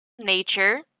Nature